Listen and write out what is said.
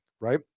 right